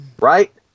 Right